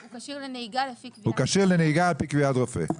"הוא כשיר לנהיגה לפי קביעת רופא".